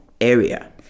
area